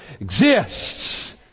exists